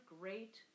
great